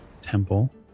temple